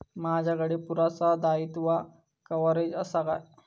माजाकडे पुरासा दाईत्वा कव्हारेज असा काय?